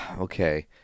okay